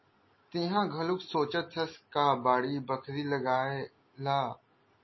तेंहा घलोक सोचत हस का बाड़ी बखरी लगाए ला?